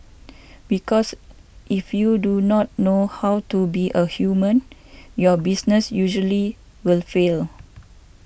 because if you do not know how to be a human your business usually will fail